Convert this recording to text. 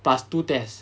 plus two test